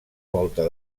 volta